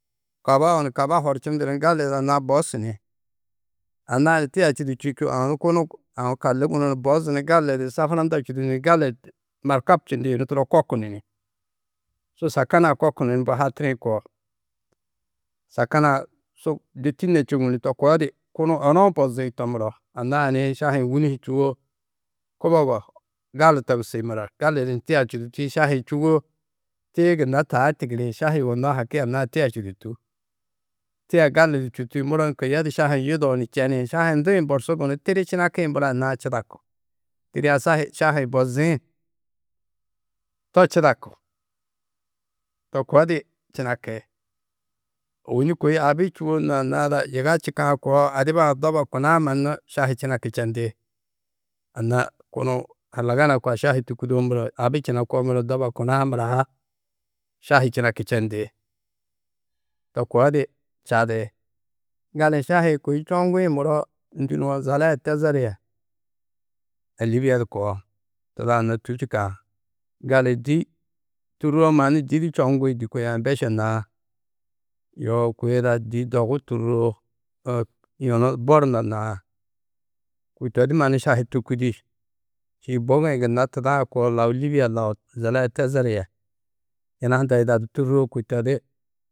Kaboo ni kabo horčundu ni gali anna-ã bosu ni anna-ã ni tia-ã čûduti čûo. Aũ kunu aũ kalli gunó bozu ni gali di sahuranda čûdudu ni gali di markab čindi yunu turo kokunu ni su sakan-ã kokunu ni mbo hatirĩ koo. Sakan-ã su du tînne čûuŋu ni to koo di kunu enou bozi to muro. Anna-ã ni šahi-ĩ wûni hi čûwo. Kubogo gali togusi muro gali di ni tûã čûduti. Šahi čûwo tii gunna taa tigiri, šahi yugonnoó haki anna-ã tia čûdutú. Tia gali di čûduti muro kuyodi šahi yudou ni čeni šahi ndo-ĩ borsu gunú, tiri činakĩ muro anna-ã čidaku tiri a šahi šahi-ĩ bozĩ to čidaku. To koo di činaki. Ôwonni kôi abi čûwo nû anna ada yiga čîkã koo adiba-ã doba kuna-ã mannu šahi činaku čendi. Anna kunu halagana koa šahi tûkudoo muro abi činakoo muro doba kuna-ã mura ha šahi činaku čendi. To koo di čadi Gali šahi-ĩ kôi čoŋgĩ muro ndû nuwo Zala yê Tezer yê a Lîbiya du koo, tuda-ã nû tû čîkã. Gali di tûrroo mannu dî di čoŋgi, dî kôi a Embeše na yoo kôi ada dî dogu tûrroo yunu Borno na kôi to di mannu šahi tûkudi. Čî bugi-ĩ gunna tuda-ã koo lau Lîbiya lau Zala yê Tezer yê. Yina hunda yidadu tûroo kôi to di.